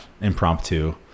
impromptu